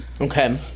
okay